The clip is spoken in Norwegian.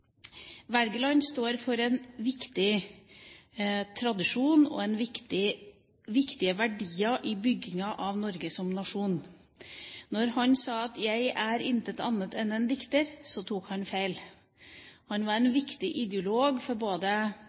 står for en viktig tradisjon og viktige verdier i bygginga av Norge som nasjon. Når han sa: «Jeg er intet annet enn en dikter», tok han feil. Han var en viktig ideolog både for